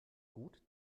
gut